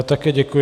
Také děkuji.